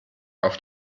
auf